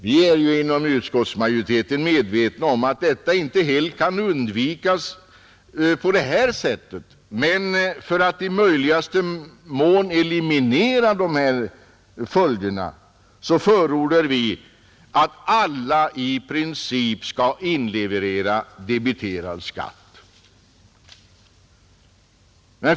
Vi är ju inom utskottsmajoriteten medvetna om att detta inte helt kan undvikas i det här fallet. Men för att i möjligaste mån eliminera de här följderna förordar vi att alla i princip skall inleverera debiterad skatt.